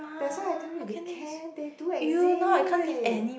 that's why I told you they can they do exist